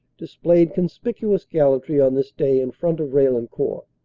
displayed conspic uous gallantry on this day in front of raillencourt.